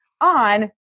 on